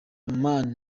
man